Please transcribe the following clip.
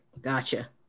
Gotcha